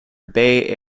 bay